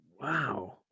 wow